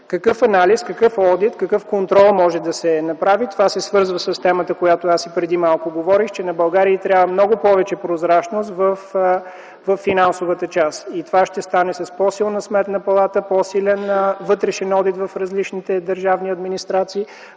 какъв анализ, какъв одит, какъв контрол може да се направи. Това се свързва с темата, по която аз и преди малко говорих, че на България й трябва много повече прозрачност във финансовата част и това ще стане с по-силна Сметна палата, по-силен вътрешен одит в различните държавни администрации,